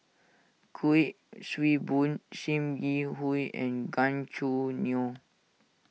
Kuik Swee Boon Sim Yi Hui and Gan Choo Neo